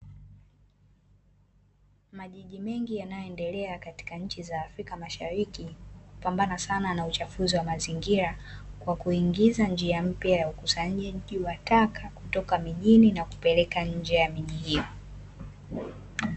Majiji mengi yanayoendelea katika nchi za afrika mashariki yanapambana sana na uchafuzi wa mazingira kwa kuingiza njia mpya ya ukusanyaji wa taka kutoka mjini na kupeleka nje ya miji hiyo.